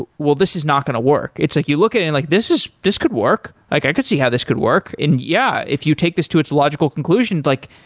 ah well, this is not going to work. it's like you look at it and like, this is this could work. i could see how this could work. and yeah, if you take this to its logical conclusions like,